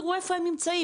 תראו איפה הם נמצאים.